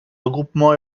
regroupement